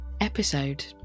episode